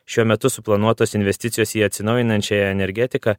šiuo metu suplanuotos investicijos į atsinaujinančiąją energetiką